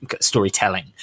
storytelling